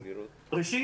ראשית,